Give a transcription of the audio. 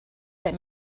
that